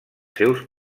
seus